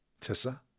Tessa